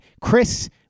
Chris